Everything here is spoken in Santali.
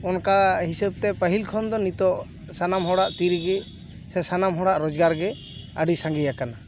ᱚᱱᱠᱟ ᱦᱤᱥᱟᱹᱵᱛᱮ ᱯᱟᱹᱦᱤᱞ ᱠᱷᱚᱱ ᱫᱚ ᱱᱤᱛᱚᱜ ᱥᱟᱱᱟᱢ ᱦᱚᱲᱟᱜ ᱛᱤ ᱨᱮᱜᱮ ᱥᱮ ᱥᱟᱱᱟᱢ ᱦᱚᱲᱟᱜ ᱨᱚᱡᱽᱜᱟᱨ ᱜᱮ ᱟᱰᱤ ᱥᱟᱸᱜᱮᱭᱟᱠᱟᱱᱟ